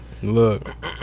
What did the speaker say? look